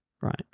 right